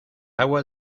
agua